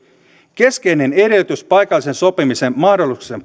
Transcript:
keskeinen edellytys paikallisen sopimisen mahdollisuuksien